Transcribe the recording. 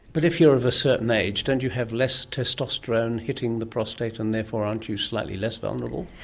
but if you are of a certain age, don't you have less testosterone hitting the prostate and therefore aren't you slightly less vulnerable?